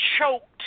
choked